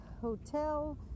hotel